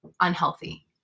unhealthy